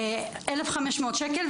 1,500 שקל,